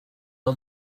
are